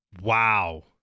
Wow